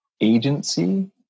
agency